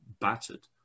battered